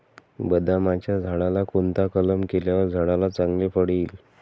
बदामाच्या झाडाला कोणता कलम केल्यावर झाडाला चांगले फळ येईल?